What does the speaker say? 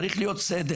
צריך להיות סדר,